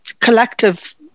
collective